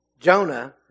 Jonah